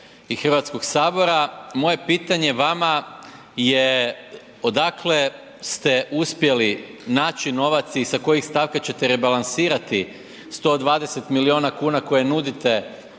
Hrvatskoga sabora. Moje pitanje vama je odakle ste uspjeli naći novac i sa kojih stavka ćete rebalansirati 120 milijuna kuna koje nudite